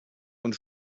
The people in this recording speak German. und